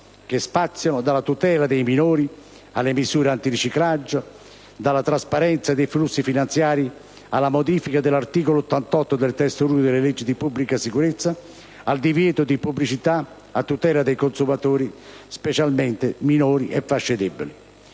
essi spaziano dalla tutela dei minori alle misure antiriciclaggio, dalla trasparenza dei flussi finanziari alla modifica dell'articolo 88 del Testo unico delle leggi di pubblica sicurezza, al divieto di pubblicità a tutela dei consumatori specialmente minori e fasce deboli.